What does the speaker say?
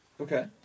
Okay